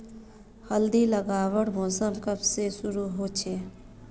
हल्दी लगवार मौसम कब से शुरू होचए?